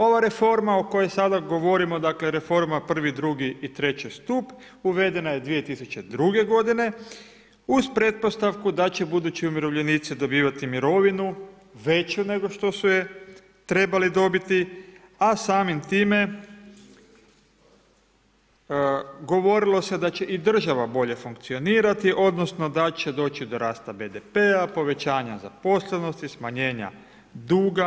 Ova reforma o kojoj sada govorimo dakle, reforma I, II i III stup uvedena je 2002. godine uz pretpostavku da će budući umirovljenici dobivati mirovinu veću nego što su je trebali dobiti, a samim time govorilo se da će i država bolje funkcionirati odnosno da će doći do rasta BDP-a, povećanja zaposlenosti, smanjenja duga.